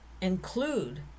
include